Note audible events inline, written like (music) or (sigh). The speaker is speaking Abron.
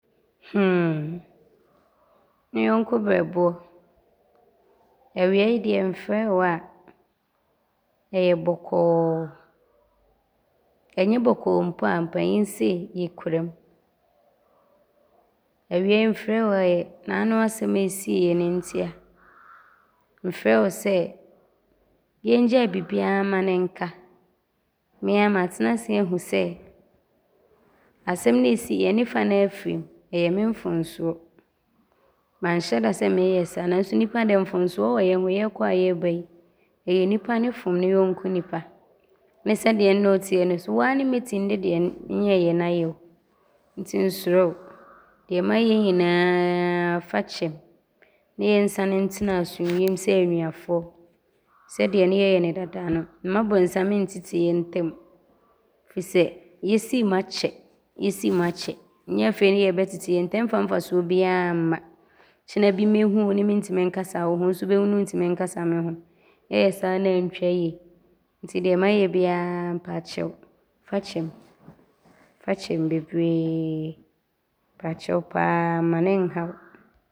Hmm (noise) nyɔnko brɛboɔ, awia yi mfrɛɛ wo a, ɔyɛ bɔkɔɔ. Ɔnyɛ bɔkɔɔ mpo a, mpanin se, “yɛkuram”. Awia yi mfrɛɛ wo a, ɔyɛ nnaano asɛm a ɔsiiɛ ne nti a. Mfrɛɛ wo sɛ yɛngyae bibiaa ma ne nka. Me ara maatena ase ahu sɛ, asɛm no a ɔsiiɛ no, ne fa no ara firi me. Ɔyɛ me mfomsoɔ. Manhyɛ da sɛ meeyɛ saa nanso nnipa deɛ mfomsoɔ wɔ yɛ ho. Yɛɛkɔ a yɛɛba yi, ɔyɛ nnipa ne fom ne yɔnko nnipa ne sɛdeɛ nne wo teɛ ne so wo ara ne mɛtim de deɛ nyɛeɛ no ayɛ wo. Nti nsrɔ wo deɛ mayɛ nyinaa fa kyɛm ne yɛnsane ntena asomdwie mu sɛ anuafoɔ. Sɛdeɛ ne yɛyɛ ne daadaa no, mma bonsam ntete yɛ ntam firi sɛ yɛsiim akyɛ, Yɛsiim akyɛ Nyɛ afei ne yɛɛbɛtete yɛ ntam. Ɔmfa mfasoɔ biaa mma. Kyena bi mɛhu wo ne mentim nkasa wo ho ne wo so wontim nkasa nho. Ɔyɛ saa ne antwa yie nti deɛ mayɛ biaa mpaakyɛw fa kyɛm. Fa kyɛm bebree. Mpaakyɛw pa ara mma ne nhaw.